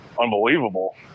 unbelievable